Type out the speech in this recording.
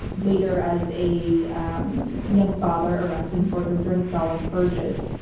later, as a um young father arrested and tortured during stalin's purges.